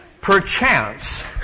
Perchance